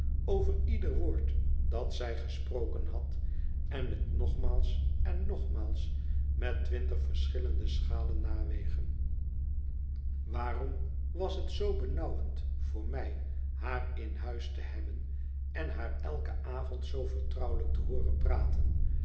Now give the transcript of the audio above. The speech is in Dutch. over ieder woord dat zij gesproken had en het nogmaals en nogmaals met twintig verschillende schalen nawegen waarom was het zoo benauwend voor mij haar in huis te hebben en haar eiken avond zoo vertrouwelijk te hooren praten